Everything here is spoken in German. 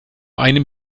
einem